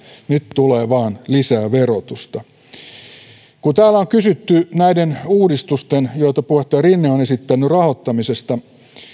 nyt tulee vaan lisää verotusta kun täällä on kysytty näiden uudistusten joita puheenjohtaja rinne on on esittänyt rahoittamisesta